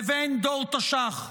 לבין דור תש"ח?